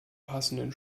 passenden